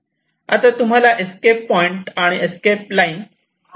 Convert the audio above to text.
आता तुम्हाला escape point आणि एस्केप लाईन शोधाव्या लागतील